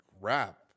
rap